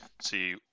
see